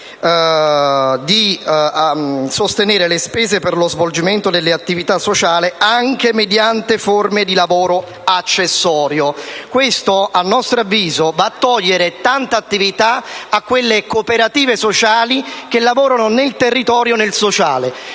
di sostenere le spese per lo svolgimento di attivitasociali anche mediante forme di lavoro accessorio. Questo, a nostro avviso, toglie tanta attivita a quelle cooperative sociali che lavorano sul territorio nel sociale.